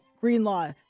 Greenlaw –